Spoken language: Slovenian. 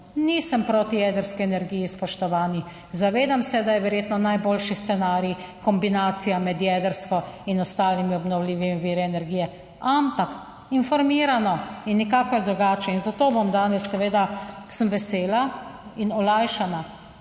Nisem proti jedrski energiji, spoštovani. Zavedam se, da je verjetno najboljši scenarij kombinacija med jedrsko in ostalimi obnovljivimi viri energije, ampak informirano in nikakor drugače. In zato bom danes seveda, sem vesela in olajšana,